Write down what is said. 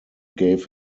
gave